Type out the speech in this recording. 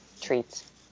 treats